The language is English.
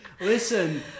Listen